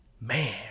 Man